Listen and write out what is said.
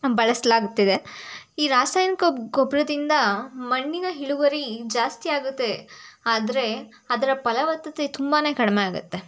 ಬಳಸಲಾಗುತ್ತಿದೆ ಈ ರಾಸಾಯನಿಕ ಗೊಬ್ಬರದಿಂದ ಮಣ್ಣಿನ ಇಳುವರಿ ಜಾಸ್ತಿಯಾಗುತ್ತೆ ಆದರೆ ಅದರ ಫಲವತ್ತತೆ ತುಂಬಾ ಕಡಿಮೆಯಾಗುತ್ತೆ